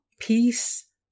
peace